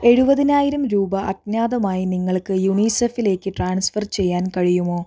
എഴുപതിനായിരം രൂപ അജ്ഞാതമായി നിങ്ങൾക്ക് യുനീസെഫിലേക്ക് ട്രാൻസ്ഫർ ചെയ്യാൻ കഴിയുമോ